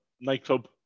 Nightclub